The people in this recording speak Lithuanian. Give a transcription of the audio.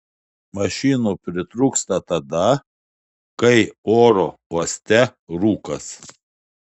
mašinų pritrūksta tada kai oro uoste rūkas